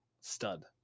stud